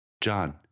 John